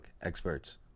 experts